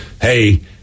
hey